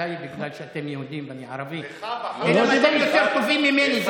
עליי בגלל שאתם יהודים ואני ערבי ואתם יותר טובים ממני.